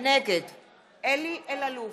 אלי אלאלוף,